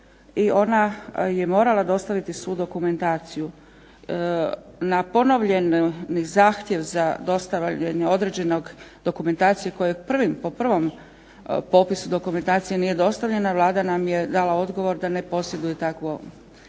i ona je morala dostaviti svu dokumentaciju. Na ponovljeni zahtjev za dostavljanje određene dokumentacije koja je po prvom popisu dokumentacije nije dostavljena Vlada nam je dala odgovor da ne posjeduje takvu